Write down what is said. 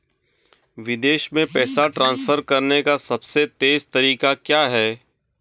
विदेश में पैसा ट्रांसफर करने का सबसे तेज़ तरीका क्या है?